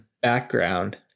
background